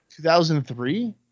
2003